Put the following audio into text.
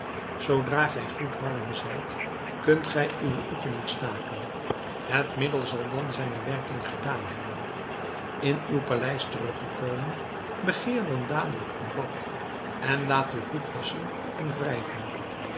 zoodra gij goed warm zijt kunt gij uwe oefening staken het middel zal dan zijne werking gedaan hebben in uw paleis terug gekomen begeer dan dadelijk een bad en laat u goed wasschen en wrijven